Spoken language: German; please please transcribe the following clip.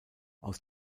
aus